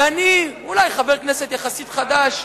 ואני, אולי חבר כנסת יחסית חדש,